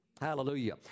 Hallelujah